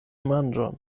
manĝon